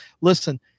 Listen